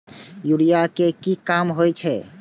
Urea के की काम होई छै?